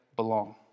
belong